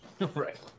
Right